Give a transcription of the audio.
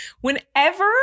whenever